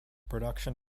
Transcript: production